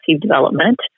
development